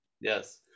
Yes